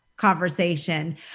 conversation